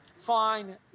Fine